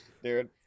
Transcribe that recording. dude